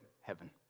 heaven